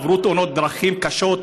עברו תאונות דרכים קשות?